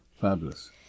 Fabulous